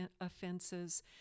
offenses